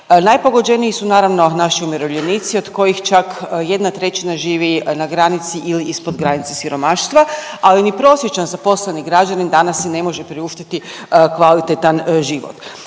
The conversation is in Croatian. Najpogođeniji su naravno naši umirovljenici od kojih čak 1/3 živi na granici ili ispod granice siromaštva, ali ni prosječan zaposleni građanin danas si ne može priuštiti kvalitetan život.